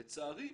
לצערי,